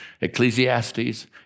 Ecclesiastes